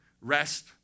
Rest